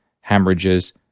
hemorrhages